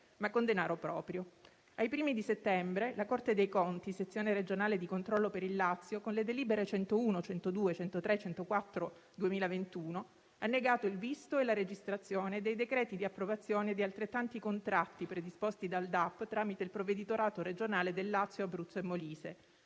ma con denaro proprio. Ai primi di settembre la Corte dei conti, sezione regionale di controllo per il Lazio, con le delibere nn. 101, 102, 103 e 104 del 2021, ha negato il visto e la registrazione dei decreti di approvazione di altrettanti contratti predisposti dal DAP tramite il provveditorato regionale di Lazio, Abruzzo e Molise,